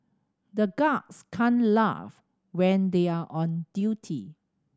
the guards can't laugh when they are on duty